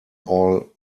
all